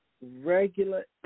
regular